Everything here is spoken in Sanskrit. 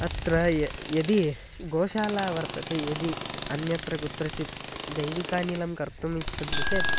अत्र यदि गोशाला वर्तते यदि अन्यत्र कुत्रचित् जैविकानिलं कर्तुम् इच्छन्ति चेत्